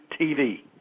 TV